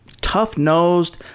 tough-nosed